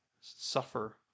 suffer